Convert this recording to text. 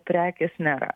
prekės nėra